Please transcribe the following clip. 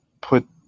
put